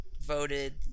voted